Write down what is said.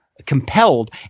compelled